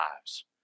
lives